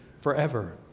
forever